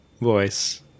voice